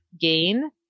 GAIN